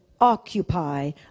occupy